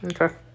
Okay